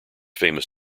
famous